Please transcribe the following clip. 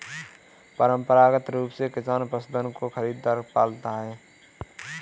परंपरागत रूप से किसान पशुधन को खरीदकर पालता है